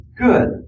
good